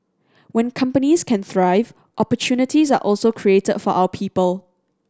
when companies can thrive opportunities are also created for our people